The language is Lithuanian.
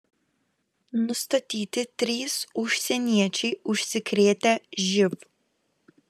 nustatyti trys užsieniečiai užsikrėtę živ